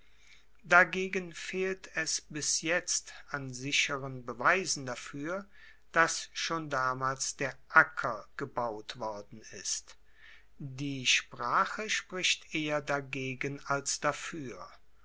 dagegen fehlt es bis jetzt an sicheren beweisen dafuer dass schon damals der acker gebaut worden ist die sprache spricht eher dagegen als dafuer